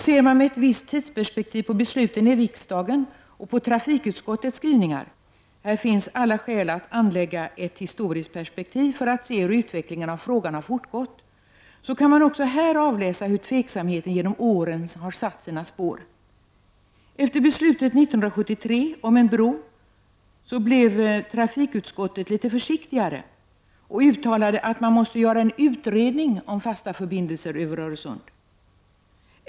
Ser man med ett visst tidsperspektiv på beslutet i riksdagen och på trafikutskottets skrivningar — här finns alla skäl att anlägga ett historiskt perspektiv, för att se hur utvecklingen av frågan har gått — kan man också avläsa hur tveksamheten genom åren har satt sina spår. Efter beslut 1973 om en bro blev trafikutskottet litet försiktigare och uttalade att man måste göra en utredning om fasta förbindelser över Öresund.